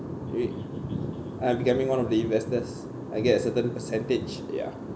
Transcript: to it uh becoming one of the investors I get a certain percentage ya